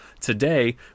Today